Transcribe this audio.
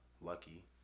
lucky